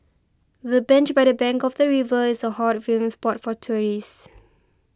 the bench by the bank of the river is a hot viewing spot for tourists